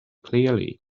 clearly